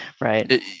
Right